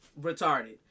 retarded